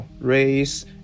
race